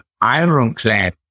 ironclad